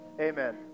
Amen